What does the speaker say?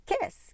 Kiss